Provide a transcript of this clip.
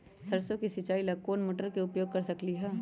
सरसों के सिचाई ला कोंन मोटर के उपयोग कर सकली ह?